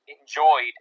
enjoyed